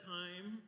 time